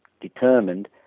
determined